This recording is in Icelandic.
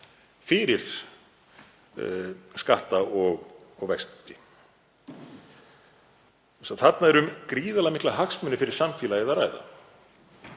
fyrir skatta og vexti þannig að þarna er um gríðarlega mikla hagsmuni fyrir samfélagið að ræða.